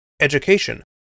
Education